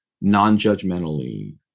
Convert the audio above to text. non-judgmentally